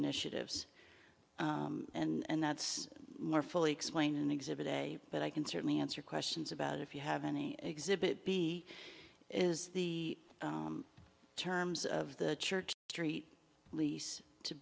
initiatives and that's more fully explain in exhibit a but i can certainly answer questions about if you have any exhibit b is the terms of the church street lease to